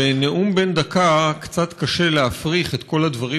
בנאום בן דקה קצת קשה להפריך את כל הדברים